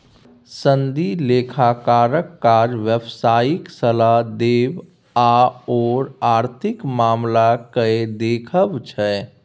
सनदी लेखाकारक काज व्यवसायिक सलाह देब आओर आर्थिक मामलाकेँ देखब छै